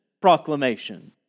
proclamation